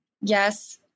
Yes